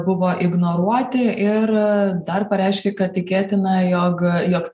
buvo ignoruoti ir dar pareiškė kad tikėtina jog jog